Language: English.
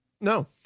No